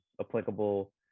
applicable